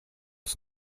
tas